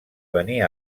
venir